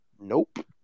Nope